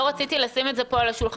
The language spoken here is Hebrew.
לא רציתי לשים את זה פה על השולחן,